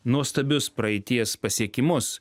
nuostabius praeities pasiekimus